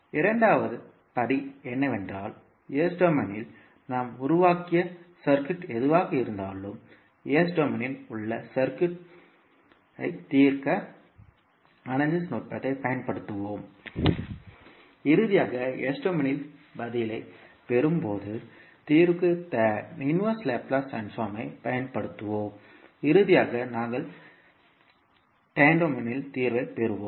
இரண்டாவது படி என்னவென்றால் S டொமைனில் நாம் உருவாக்கிய சுற்று எதுவாக இருந்தாலும் S டொமைனில் உள்ள சர்க்யூட் வட்டத்தைத் தீர்க்க சர்க்யூட் அனாலிசிஸ் நுட்பத்தைப் பயன்படுத்துவோம் இறுதியாக S டொமைனில் பதிலைப் பெறும்போது தீர்வுக்கு தலைகீழ் லாப்லேஸ் ட்ரான்ஸ்போர்மைப் பயன்படுத்துவோம் இறுதியாக நாங்கள் டைம் டொமைனில் தீர்வை பெறுவோம்